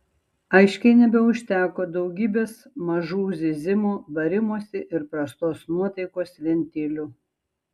aiškiai nebeužteko daugybės mažų zyzimo barimosi ir prastos nuotaikos ventilių